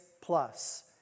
plus